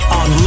on